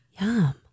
yum